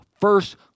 first